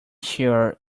sure